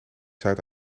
zuid